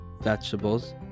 vegetables